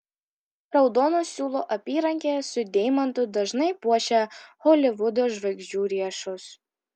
raudono siūlo apyrankė su deimantu dažnai puošia holivudo žvaigždžių riešus